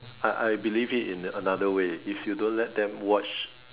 I I believe it in another way if you don't let them watch